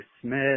Smith